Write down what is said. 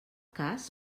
cas